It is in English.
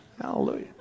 Hallelujah